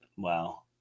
wow